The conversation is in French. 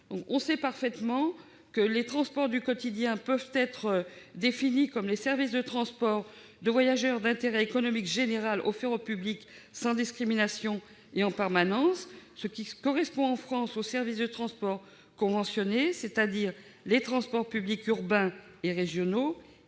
du quotidien. Les transports du quotidien peuvent être définis comme les services de transport de voyageurs d'intérêt économique général offerts au public, sans discrimination et en permanence, ce qui correspond, en France, au service de transport conventionné, c'est-à-dire les transports publics urbains et régionaux,